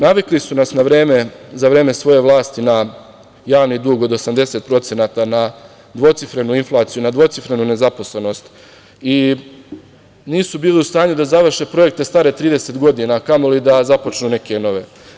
Navikli su nas za vreme svoje vlasti na javni dug od 80%, na dvocifrenu inflaciju, na dvocifrenu nezaposlenost i nisu bilu u stanju da završe projekte stare 30 godina, a kamoli da započnu neke nove.